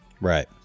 Right